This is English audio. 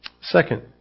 Second